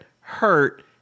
hurt